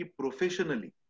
professionally